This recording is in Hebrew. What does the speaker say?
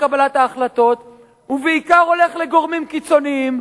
קבלת ההחלטות ובעיקר הולך לגורמים חיצוניים.